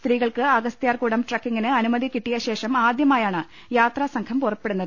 സ്ത്രീകൾക്ക് അഗസ്ത്യാർകൂടം ട്രക്കിംഗിന് അനുമതി കിട്ടിയശേഷം ആദ്യ മായാണ് യാത്രാസംഘം പുറപ്പെടുന്നത്